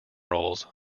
rolls